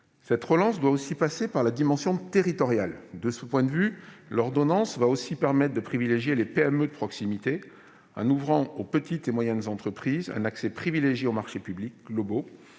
Cette relance doit aussi passer par la dimension territoriale. De ce point de vue, l'ordonnance va aussi permettre de privilégier les PME de proximité, en ouvrant aux petites et moyennes entreprises un accès privilégié aux marchés publics globaux,